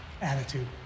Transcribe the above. Attitude